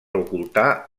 ocultar